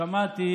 שמעתי